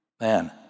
man